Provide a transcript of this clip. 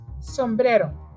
sombrero